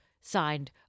Signed